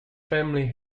family